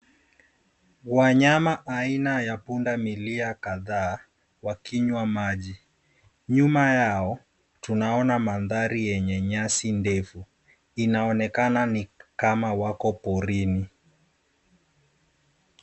Wanyama aina ya punda milia kadhaa wakinywa maji. Nyuma yao tunaona mandhari yenye nyasi ndefu inaonekana ni kama wako porini.